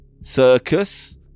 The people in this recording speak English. circus